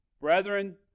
Brethren